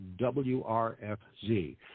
WRFZ